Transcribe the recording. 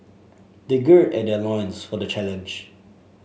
they gird their loins for the challenge